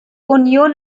union